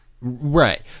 Right